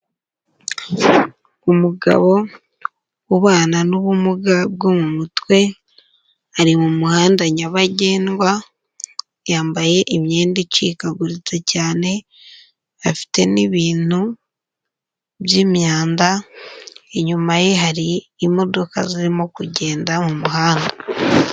Umugabo ubana n'ubumuga bwo mu mutwe, ari mumuhanda nyabagendwa, yambaye imyenda icikaguritse cyane afite n'ibintu by'imyanda, inyuma ye hari imodoka zirimo kugenda mu muhanda.